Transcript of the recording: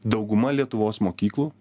dauguma lietuvos mokyklų